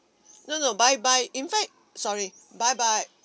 no no by by in fact sorry by by